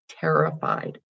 terrified